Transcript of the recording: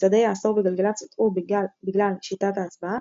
מצעדי העשור בגלגלצ הוטו בגלל שיטת ההצבעה?,